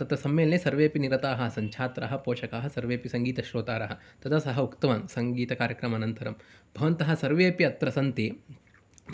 तत्र सम्मेलने सर्वेपि निरताः आसन् छात्राः पोषकाः सर्वेपि सङ्गीतश्रोतारः तदा सः उक्तवान् सङ्गीतकार्यक्रमानन्तरं भवन्तः सर्वेपि अत्र सन्ति